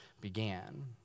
began